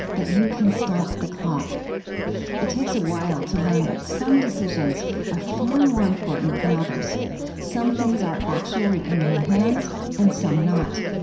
that you can stop the clock it takes a while to learn that some decisions are far more important than others some things are actually in your hands and some not.